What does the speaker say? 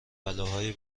بلاهای